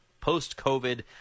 post-COVID